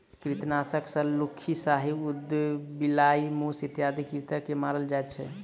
कृंतकनाशक सॅ लुक्खी, साही, उदबिलाइ, मूस इत्यादि कृंतक के मारल जाइत छै